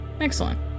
Excellent